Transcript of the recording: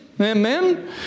Amen